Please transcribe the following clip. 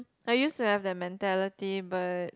I used to have that mentality but